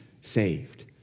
saved